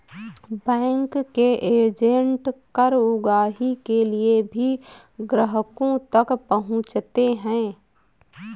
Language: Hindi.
बैंक के एजेंट कर उगाही के लिए भी ग्राहकों तक पहुंचते हैं